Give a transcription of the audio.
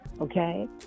okay